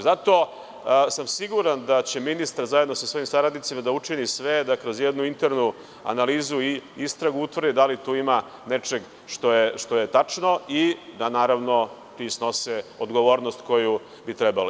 Zato sam siguran da će ministar zajedno sa svojim saradnicima da učini sve da kroz jednu internu analizu i istragu utvrde da li tu ima nečeg što je tačno i da naravno, ti snose odgovornost koju bi trebalo.